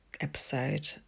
episode